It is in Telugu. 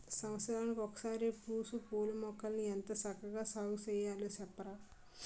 సంవత్సరానికి ఒకసారే పూసే పూలమొక్కల్ని ఎంత చక్కా సాగుచెయ్యాలి సెప్పరా?